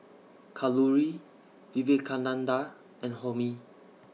Kalluri Vivekananda and Homi